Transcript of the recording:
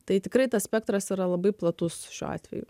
tai tikrai tas spektras yra labai platus šiuo atveju